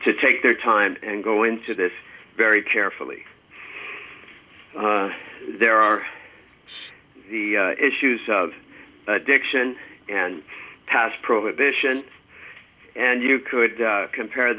to take their time and go into this very carefully there are the issues of addiction and past prohibition and you could compare